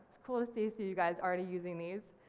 it's cool to see see you guys already using these.